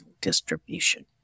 distribution